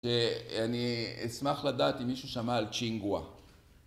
אני אשמח לדעת אם מישהו שמע על צ'ינגווה